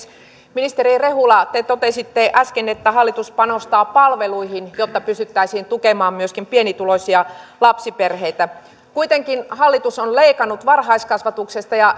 ministeri rehula te totesitte äsken että hallitus panostaa palveluihin jotta pystyttäisiin tukemaan myöskin pienituloisia lapsiperheitä kuitenkin hallitus on leikannut varhaiskasvatuksesta ja